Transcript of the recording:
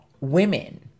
women